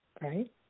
Right